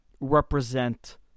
represent